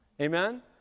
Amen